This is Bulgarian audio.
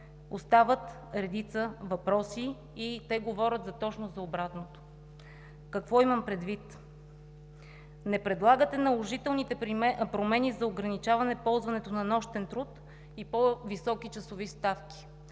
остават редица въпроси и те говорят точно за обратното. Какво имам предвид? Не предлагате наложителните промени за ограничаване ползването на нощен труд и по-високи часови ставки.